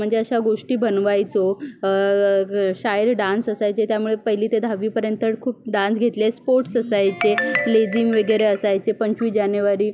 म्हणजे अशा गोष्टी बनवायचो शाळेत डान्स असायचे त्यामुळे पहिली ते दहावीपर्यंत खूप डान्स घेतले स्पोर्ट्स असायचे लेझिम वगैरे असायचे पंचवीस जानेवारी